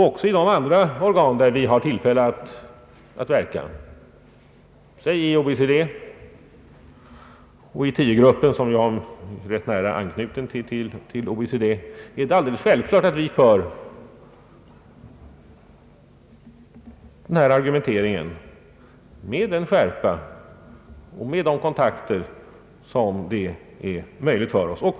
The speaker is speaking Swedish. Också i de andra organ, där vi har tillfälle att verka, såsom i OECD och i tio-gruppen som har rätt nära anknytning till OECD, är det alldeles självklart att vi för vår argumentering för ett effektivare samarbete med den skärpa och med de kontakter som är möjliga för oss.